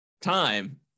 time